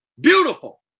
Beautiful